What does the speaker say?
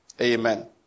Amen